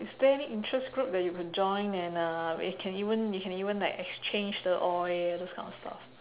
is there any interest group that you could join and uh where you can even you can even like exchange the oil those kind of stuff